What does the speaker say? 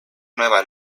nueva